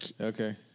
Okay